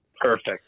perfect